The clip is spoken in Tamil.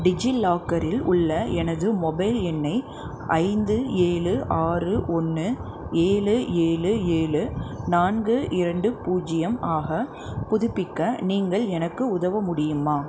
டிஜிலாக்கரில் உள்ள எனது மொபைல் எண்ணை ஐந்து ஏழு ஆறு ஒன்று ஏழு ஏழு ஏழு நான்கு இரண்டு பூஜ்யம் ஆக புதுப்பிக்க நீங்கள் எனக்கு உதவ முடியுமா